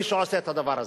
מי שעושה את הדבר הזה,